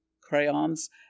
crayons